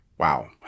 Wow